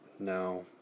No